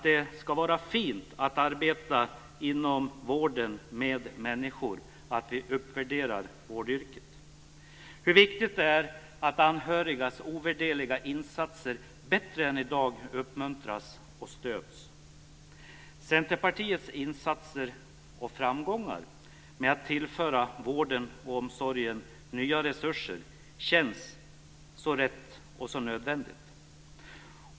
Det ska vara fint att arbeta med människor inom vården, och vi behöver uppvärdera vårdyrket. Det är också viktigt att anhörigas ovärderliga insatser uppmuntras och stöds bättre än i dag. Centerpartiets insatser för och framgångar med att tillföra vården och omsorgen nya resurser känns riktiga och nödvändiga.